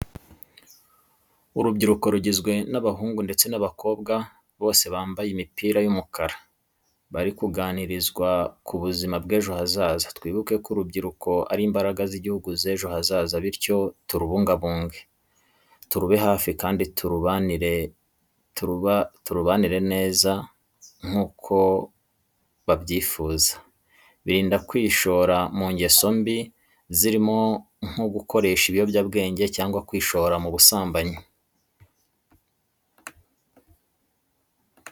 Urubyiruko rugizwe n'abahungu ndetse n'abakobwa bose bambaye imipira y'umukara, bari kuganirizwa ku buzima bw'ejo hazaza. Twibuke ko urubyiruko ari imbaraga z'igihugu z'ejo hazaza bityo turubungabunge, turube hafi kandi tubagire inama z'uko bakwitwara, birinda kwishora mu ngeso mbi zirimo nko gukoresha ibiyobyabwenge cyangwa kwishora mu busambanyi.